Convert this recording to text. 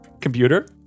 computer